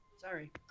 Sorry